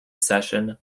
session